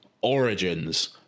origins